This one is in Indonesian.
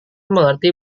mengerti